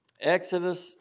Exodus